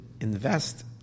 invest